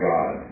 God